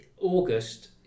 August